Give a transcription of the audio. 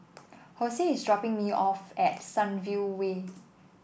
Hosea is dropping me off at Sunview Way